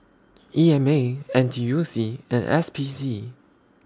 E M A N T U C and S P C